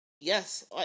Yes